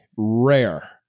Rare